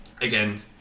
Again